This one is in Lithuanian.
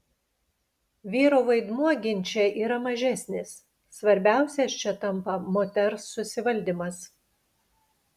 vyro vaidmuo ginče yra mažesnis svarbiausias čia tampa moters susivaldymas